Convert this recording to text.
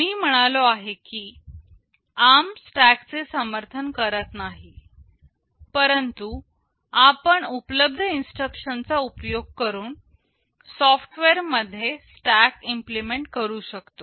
मी म्हणालो आहे की ARM स्टॅक चे समर्थन करत नाही परंतु आपण उपलब्ध इन्स्ट्रक्शन चा उपयोग करून सॉफ्टवेअर मध्ये स्टॅक इम्प्लिमेंट करू शकतो